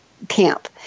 camp